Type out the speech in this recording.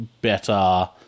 better